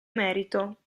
merito